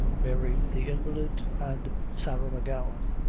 mary the invalid, and sarah m'gowan.